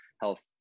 Health